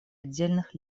отдельных